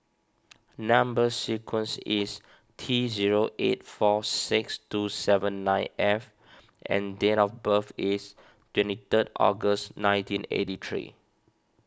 Number Sequence is T zero eight four six two seven nine F and date of birth is twenty third August nineteen eighty three